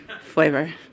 flavor